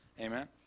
Amen